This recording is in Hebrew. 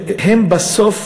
שהם בסוף